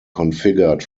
configured